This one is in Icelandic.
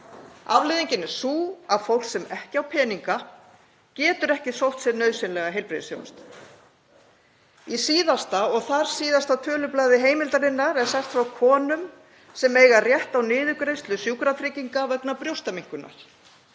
Afleiðingin er sú að fólk sem ekki á peninga getur ekki sótt sér nauðsynlega heilbrigðisþjónustu. Í síðasta og þarsíðasta tölublaði Heimildarinnar er sagt frá konum sem eiga rétt á niðurgreiðslu Sjúkratrygginga vegna brjóstaminnkunar.